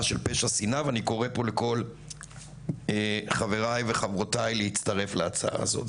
של פשע שנאה ואני קורא פה לכל חבריי וחברותיי להצטרף להצעה הזו.